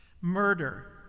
murder